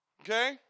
Okay